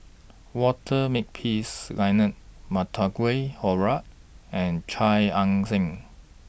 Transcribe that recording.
Walter Makepeace Leonard Montague Harrod and Chia Ann Siang